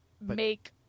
make